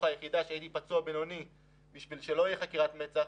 היחידה שהייתי פצוע בינוני כדי שלא תהיה חקירת מצ"ח,